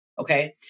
Okay